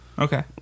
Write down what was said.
Okay